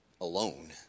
alone